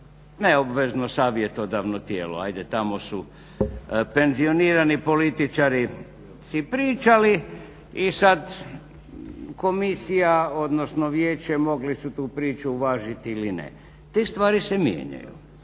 neobvezno savjetodavno tijelo, ajde tamo su penzionirani političari si pričali i sada komisija odnosno vijeće mogli su tu priču uvažiti ili ne. Te stvari se mijenjaju.